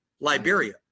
Liberia